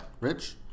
Rich